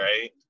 right